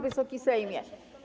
Wysoki Sejmie!